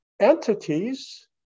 entities